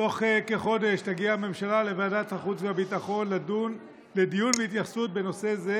בתוך כחודש תגיע הממשלה לוועדת החוץ והביטחון לדיון בהתייחסות בנושא זה,